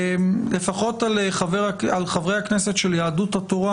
לפחות על חברי הכנסת של יהדות התורה,